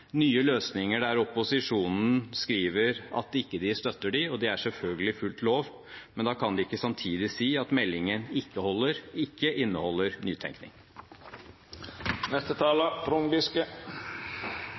nye løsninger som opposisjonen skriver at de ikke støtter, og det er selvfølgelig fullt lov, men da kan de ikke samtidig si at meldingen ikke